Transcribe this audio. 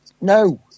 No